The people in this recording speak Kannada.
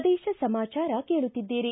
ಪ್ರದೇಶ ಸಮಾಚಾರ ಕೇಳುತ್ತಿದ್ದೀರಿ